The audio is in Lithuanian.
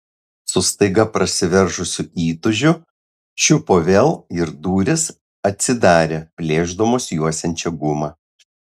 su staiga prasiveržusiu įtūžiu čiupo vėl ir durys atsidarė plėšdamos juosiančią gumą